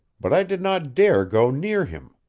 but i did not dare go near him.